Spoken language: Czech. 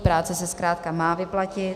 Práce se zkrátka má vyplatit.